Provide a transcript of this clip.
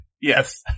Yes